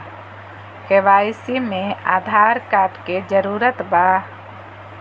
KYC में Aadhaar card के जरूरत बा?